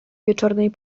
wieczornej